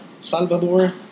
Salvador